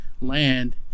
land